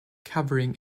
covering